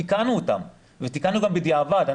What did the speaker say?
אבל תיקנו אותם ותיקנו בדיעבד.